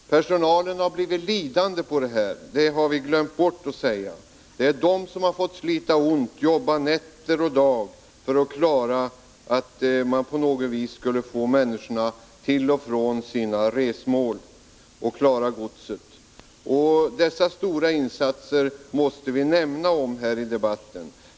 Den har blivit lidande på det här. Det har vi glömt att säga. Det är personalen som har fått slita ont. Man har fått jobba nätter och dagar för att på något vis transportera människorna till och från sina resmål samt för att klara godset. Dessa stora insatser måste vi nämna här i debatten.